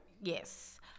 Yes